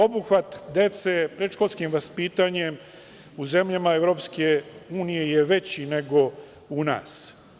Obuhvat dece predškolskim vaspitanjem u zemljama EU je veći nego kod nas.